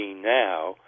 now